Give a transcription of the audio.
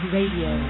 Radio